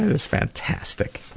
is fantastic.